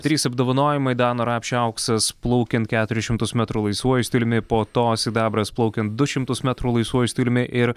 trys apdovanojimai dano rapšio auksas plaukiant keturis šimtus metrų laisvuoju stiliumi po to sidabras plaukiant du šimtus metrų laisvuoju stiliumi ir